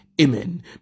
Amen